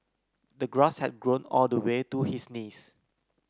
the grass had grown all the way to his knees